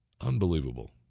Unbelievable